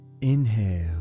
Inhale